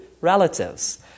Relatives